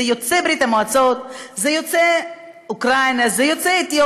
זה יוצא ברית המועצות,